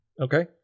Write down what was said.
Okay